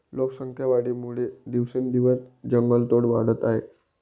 लोकसंख्या वाढीमुळे दिवसेंदिवस जंगलतोड वाढत आहे